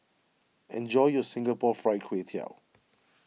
enjoy your Singapore Fried Kway Tiao